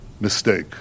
mistake